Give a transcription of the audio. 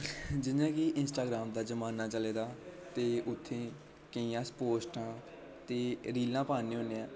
जि'यां कि इंस्टाग्राम दा जमान्ना चले दा ते उ'त्थें केईं अस पोस्टां ते रीलां पान्ने औने आं